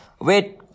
Wait